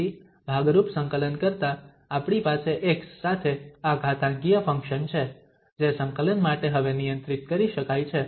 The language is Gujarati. તેથી ભાગરૂપ સંકલન કરતાં આપણી પાસે x સાથે આ ઘાતાંકીય ફંક્શન છે જે સંકલન માટે હવે નિયંત્રિત કરી શકાય છે